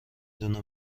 دونه